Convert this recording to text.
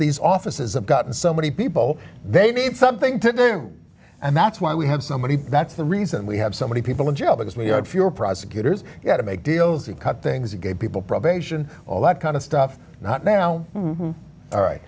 these offices have gotten so many people they need something to do and that's why we have so many that's the reason we have so many people in jail because we have fewer prosecutors to make deals you cut things you get people probation all that kind of stuff not now all right